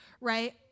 right